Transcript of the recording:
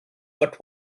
what